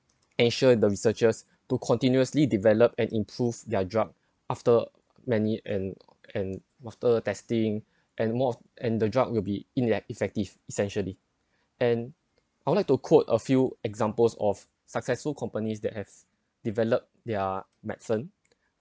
asia the researchers to continuously develop and improve their drug after many and and master testing and more of and the drug will be in an effective essentially and I would like to quote a few examples of successful companies that have developed their medicine